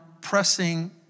pressing